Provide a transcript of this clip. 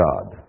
God